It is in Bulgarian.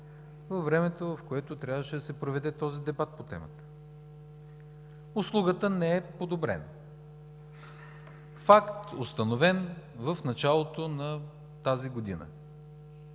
във времето в което трябваше да се проведе този дебат по темата. Услугата не е подобрена – факт, установен в началото на тази година.